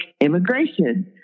immigration